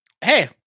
Hey